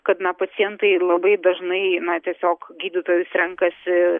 kad na pacientai labai dažnai na tiesiog gydytojus renkasi